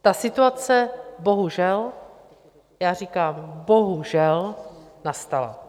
Ta situace, bohužel, já říkám bohužel, nastala.